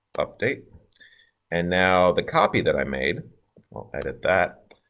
update and now the copy that i made, i'll edit that,